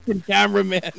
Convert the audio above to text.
cameraman